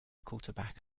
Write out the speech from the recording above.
quarterback